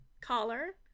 collar